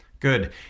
good